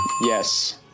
Yes